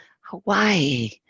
Hawaii